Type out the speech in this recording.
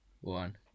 one